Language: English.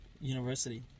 university